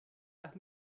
nach